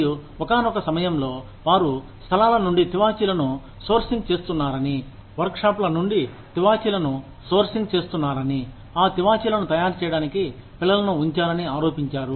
మరియు ఒకానొక సమయంలో వారు స్థలాల నుండి తివాచీలను సోర్సింగ్ చేస్తున్నారని వర్క్షాప్ల నుండి తివాచీలను సోర్సింగ్ చేస్తున్నారని ఆ తివాచీలను తయారుచేయడానికి పిల్లలను ఉంచారని ఆరోపించారు